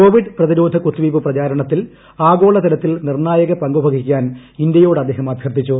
Covid പ്രതിരോധ കുത്തിവയ്പ് പ്രചാരണത്തിൽ ആഗോള തലത്തിൽ നിർണായക പങ്കുവഹിക്കാൻ ഇന്ത്യയോട് അദ്ദേഹം അഭ്യർത്ഥിച്ചു